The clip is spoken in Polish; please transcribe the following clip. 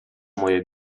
moje